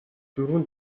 дөрвөн